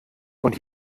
und